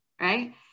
right